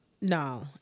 No